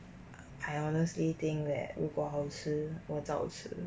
I honestly think that 如果好吃我照吃